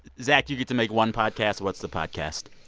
zach, you get to make one podcast. what's the podcast?